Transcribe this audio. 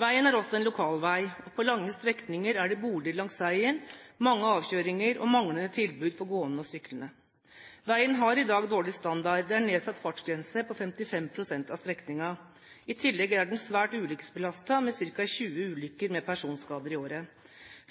Veien er også en lokalvei, og på lange strekninger er det boliger langs veien, mange avkjøringer og manglende tilbud for gående og syklende. Veien har i dag dårlig standard, og det er nedsatt fartsgrense på 55 pst. av strekningen. I tillegg er den svært ulykkesbelastet med ca. 20 ulykker med personskader i året.